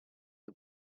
che